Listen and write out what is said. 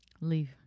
Leave